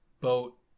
boat